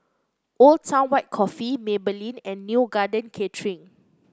Old Town White Coffee Maybelline and Neo Garden Catering